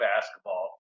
basketball